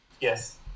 Yes